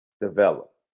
develop